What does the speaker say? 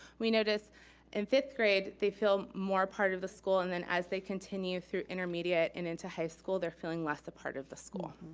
we noticed in fifth grade, they feel more part of the school and and as they continue through intermediate and into high school, they're feeling less a part of the school.